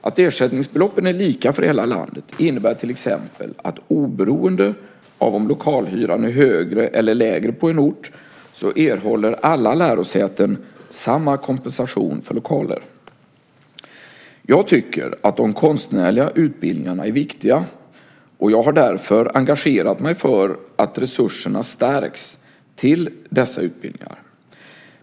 Att ersättningsbeloppen är lika för hela landet innebär till exempel att oberoende av om lokalhyran är högre eller lägre på en ort, erhåller alla lärosäten samma kompensation för lokaler. Jag tycker att de konstnärliga utbildningarna är viktiga och har därför engagerat mig för att resurserna stärks till dessa utbildningar.